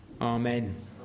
Amen